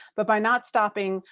but by not stopping,